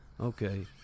okay